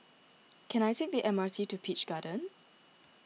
can I take the M R T to Peach Garden